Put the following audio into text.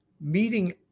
meeting